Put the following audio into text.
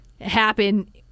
happen